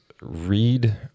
read